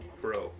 bro